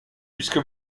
puisque